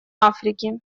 африки